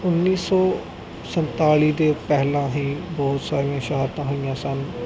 ਉੱਨੀ ਸੌ ਸੰਤਾਲੀ ਦੇ ਪਹਿਲਾਂ ਹੀ ਬਹੁਤ ਸਾਰੀਆਂ ਸ਼ਹਾਦਤਾਂ ਹੋਈਆਂ ਸਨ